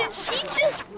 she just